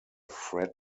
fred